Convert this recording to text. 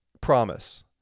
promise